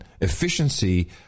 efficiency